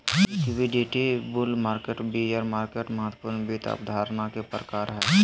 liquidity, bull market, bear market महत्वपूर्ण वित्त अवधारणा के प्रकार हय